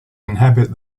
inhabit